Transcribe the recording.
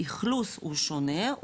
האכלוס הוא שונה,